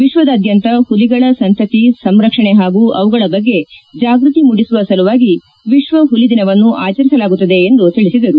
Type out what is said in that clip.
ವಿಶ್ವದಾದ್ಯಂತ ಹುಲಿಗಳ ಸಂತತಿ ಸಂರಕ್ಷಣೆ ಹಾಗೂ ಅವುಗಳ ಬಗ್ಗೆ ಜಾಗ್ಯತಿ ಮೂಡಿಸುವ ಸಲುವಾಗಿ ವಿಶ್ವ ಹುಲಿ ದಿನವನ್ನು ಆಚರಿಸಲಾಗುತ್ತಿದೆ ಎಂದು ತಿಳಿಸಿದರು